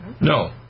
No